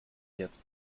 jetzt